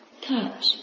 touch